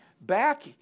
back